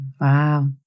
Wow